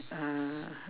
uh